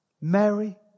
Mary